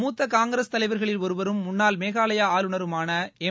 மூத்த காங்கிரஸ் தலைவர்களில் ஒருவரும் முன்னாள் மேகாலயா ஆளுநருமான எம்